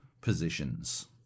positions